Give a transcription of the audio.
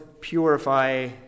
purify